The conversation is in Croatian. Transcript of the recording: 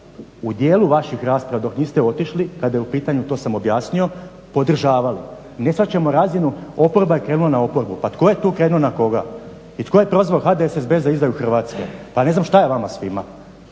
u dijelu vaših rasprava dok niste otišli kada je u pitanju to sam objasnio, podržavali. Ne shvaćamo razinu oporba je krenula na oporbu. Pa tko je tu krenuo na koga. I tko je prozvao HDSSB za izdaju Hrvatske? Pa ne znam šta je vama svima?